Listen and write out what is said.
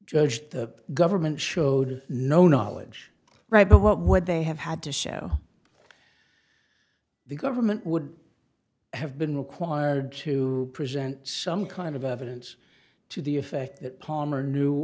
judge the government showed no knowledge right but what would they have had to show the government would have been required to present some kind of evidence to the effect that palmer knew